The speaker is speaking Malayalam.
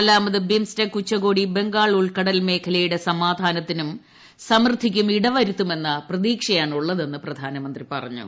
നാലാമത് ബിംസ്റ്റെക് ഉച്ചകോടി ബംഗാൾ ഉൾക്കടൽ മേഖലയുടെ സമാധാനത്തിനും സമൃദ്ധിക്കും ഇടവരുത്തുമെന്ന പ്രതീക്ഷയാണുള്ളതെന്ന് പ്രധാനമന്ത്രി പറഞ്ഞു